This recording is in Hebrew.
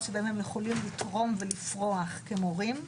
שבהם הם יכולים לתרום ולפרוח כמורים,